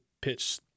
pitch